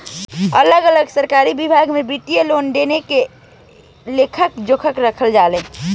अलग अलग सरकारी विभाग में वित्तीय लेन देन के लेखा जोखा रखल जाला